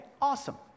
Awesome